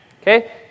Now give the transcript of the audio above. okay